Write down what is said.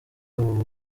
ubu